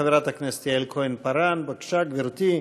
חברת הכנסת יעל כהן-פארן, בבקשה, גברתי.